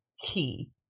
key